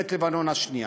במלחמת לבנון השנייה.